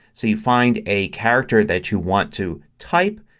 so you find a character that you want to type,